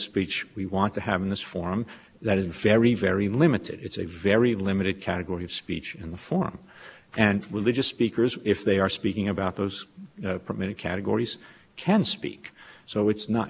speech we want to have in this form that in fairy very limited it's a very limited category of speech in the form and religious speakers if they are speaking about those permitted categories can speak so it's not